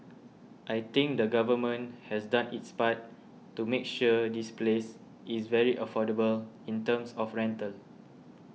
I think the government has done its part to make sure this place is very affordable in terms of rental